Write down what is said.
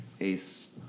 ace